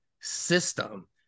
system